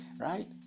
Right